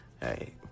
Hey